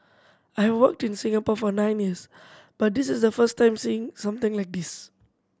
I have worked in Singapore for nine years but this is the first time seeing something like this